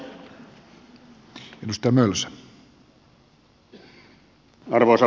arvoisa puhemies